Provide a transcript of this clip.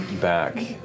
back